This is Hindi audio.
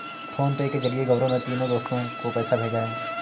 फोनपे के जरिए गौरव ने तीनों दोस्तो को पैसा भेजा है